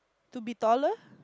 to be taller